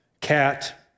cat